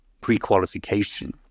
pre-qualification